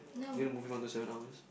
do you know the movie one two seven hours